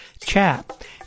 chat